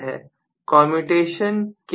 commutation के लिए इतना ही